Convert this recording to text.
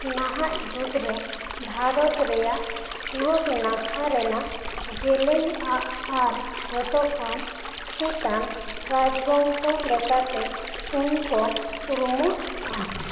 ᱱᱟᱦᱟᱸᱜ ᱡᱩᱜᱽ ᱨᱮ ᱵᱷᱟᱨᱚᱛ ᱨᱮᱭᱟᱜ ᱯᱩᱨᱩᱵ ᱱᱟᱠᱷᱟ ᱨᱮᱱᱟᱜ ᱡᱮᱞᱮᱧᱟᱜ ᱟᱨ ᱡᱷᱚᱛᱚ ᱠᱷᱚᱱ ᱛᱷᱤᱛᱟᱱ ᱨᱟᱡᱽ ᱵᱚᱝᱥᱚ ᱞᱮᱠᱟᱛᱮ ᱩᱱᱠᱚ ᱨᱩᱢᱚᱜᱼᱟ